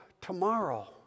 tomorrow